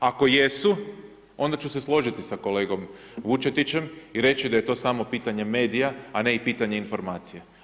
Ako jesu, onda ću se složiti s kolegom Vučetićem i reći da je to samo pitanje medija, a ne i pitanje informacije.